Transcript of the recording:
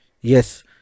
yes